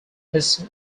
his